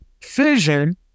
fission